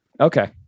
Okay